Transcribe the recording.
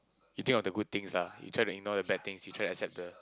you think of the good things lah you try to ignore the bad things you try to accept the